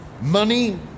money